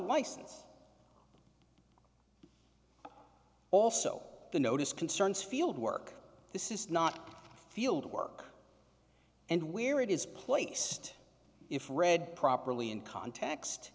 license also the notice concerns field work this is not field work and where it is placed if read properly in context